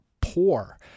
poor